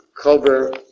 cover